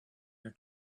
your